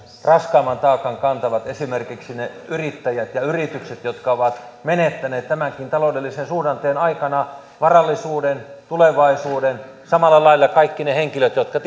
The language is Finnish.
raskaimman taakan kantavat esimerkiksi ne yrittäjät ja yritykset jotka ovat menettäneet tämänkin taloudellisen suhdanteen aikana varallisuuden tulevaisuuden ja samalla lailla tietysti kaikki ne henkilöt jotka